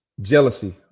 jealousy